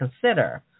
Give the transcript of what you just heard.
consider